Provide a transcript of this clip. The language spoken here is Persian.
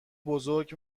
بزرگ